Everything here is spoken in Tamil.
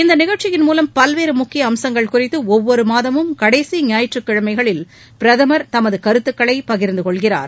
இந்த நிகழ்ச்சியின் மூலம் பல்வேறு முக்கிய அம்சங்கள் குறித்து ஒவ்வொரு மாதமும் கடைசி ஞாயிற்றுக் கிழமைகளில் பிரதமர் தமது கருத்துக்களை பகிர்ந்து கொள்கிறார்